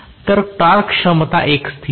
तर टॉर्क क्षमता एक स्थिर आहे